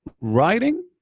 writing